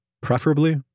preferably